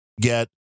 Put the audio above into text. get